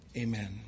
amen